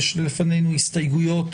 יש לפנינו הסתייגויות